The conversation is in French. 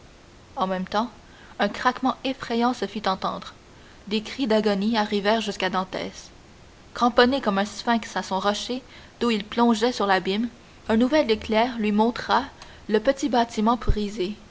en même temps un craquement effrayant se fit entendre des cris d'agonie arrivèrent jusqu'à dantès cramponné comme un sphinx à son rocher d'où il plongeait sur l'abîme un nouvel éclair lui montra le petit bâtiment